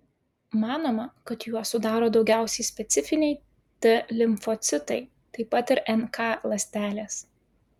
manoma kad juos sudaro daugiausiai specifiniai t limfocitai taip pat ir nk ląstelės